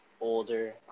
older